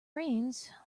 rains